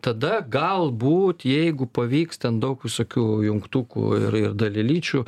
tada galbūt jeigu pavyks ten daug visokių jungtukų ir ir dalelyčių